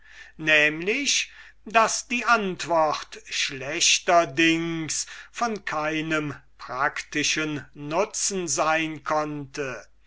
nämlich daß die antwort schlechterdings von keinem praktischen nutzen sein konnte